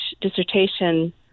dissertation